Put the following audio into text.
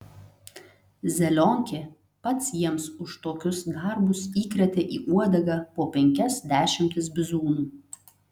zelionkė pats jiems už tokius darbus įkrėtė į uodegą po penkias dešimtis bizūnų